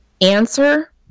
answer